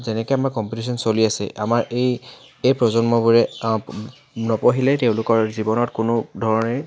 যেনেকৈ আমাৰ কম্পিটিশ্যন চলি আছে আমাৰ এই এই প্ৰজন্মবোৰে নপঢ়িলে তেওঁলোকৰ জীৱনত কোনো ধৰণে